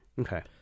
Okay